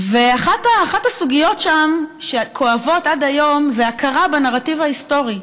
אחת הסוגיות שם שכואבות עד היום זה הכרה בנרטיב ההיסטורי.